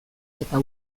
eta